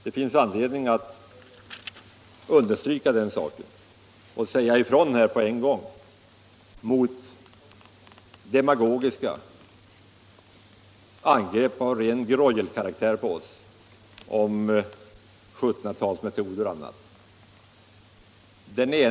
Det finns anledning att understryka den saken och på en gång säga ifrån mot demagogiska angrepp på oss av ren Greuel-karaktär, med beskyllning för 1700-talsmetoder och annat orimligt.